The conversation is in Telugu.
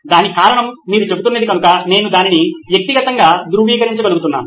దానికి కారణం మీరు చెబుతున్నది కనుక నేను దానిని వ్యక్తిగతంగా ధృవీకరించగలుగుతున్నాను